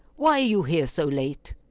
why are you here so late?